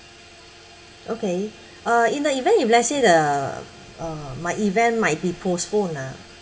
okay uh in the event if let's say the uh my event might be postponed ah